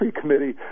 committee